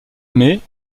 mais